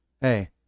hey